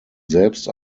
selbst